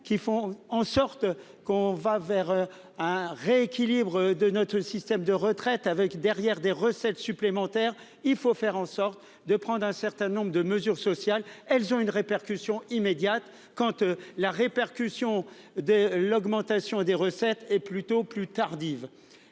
qui font en sorte qu'on va vers un rééquilibre de notre système de retraite avec derrière des recettes supplémentaires. Il faut faire en sorte de prendre un certain nombre de mesures sociales, elles ont une répercussion immédiate quant la répercussion de l'augmentation des recettes et plutôt plus tardive